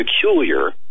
peculiar